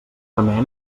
remena